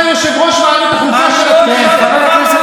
אתה יושב-ראש ועדת חוקה אני אעלה ואגיד מה שאני רוצה.